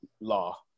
Law